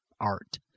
art